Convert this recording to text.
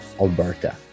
Alberta